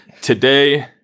today